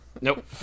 Nope